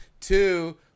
two